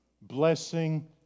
blessing